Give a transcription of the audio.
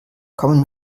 kommen